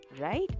right